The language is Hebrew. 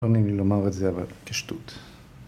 ‫לא נעים לי לומר את זה, ‫אבל כשטות.